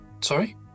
Sorry